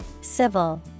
civil